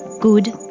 good.